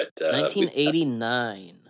1989